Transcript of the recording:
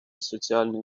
соціальної